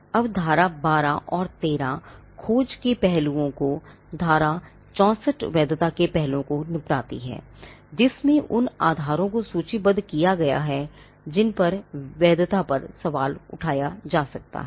अब धारा 12 और 13 खोज के पहलुओं को धारा 64 वैधता के पहलुओं को निपटाती है जिसमें उन आधारों को सूचीबद्ध किया गया है जिन पर वैधता पर सवाल उठाया जा सकता है